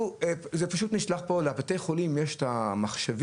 זה פשוט נשלח פה לבתי החולים יש את המחשבים,